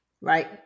Right